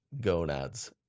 Gonads